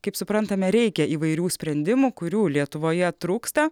kaip suprantame reikia įvairių sprendimų kurių lietuvoje trūksta